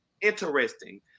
interesting